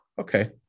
Okay